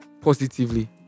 positively